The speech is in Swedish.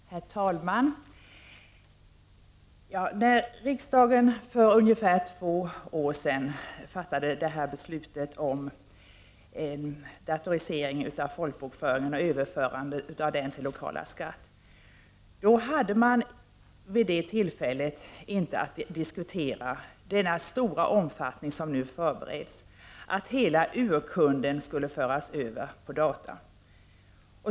Herr talman! När riksdagen för ungefär två år sedan fattade beslutet om en datorisering av folkbokföringen och ett överförande av denna till lokala skattemyndigheten, hade man inte att diskutera den stora omfattning i fråga om datoriseringen som nu förbereds, dvs. att hela urkunden skulle föras över till data.